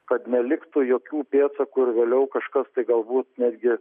kad neliktų jokių pėdsakų ir vėliau kažkas tai galbūt netgi